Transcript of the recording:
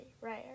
rare